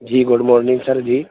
G good morning sir G